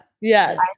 Yes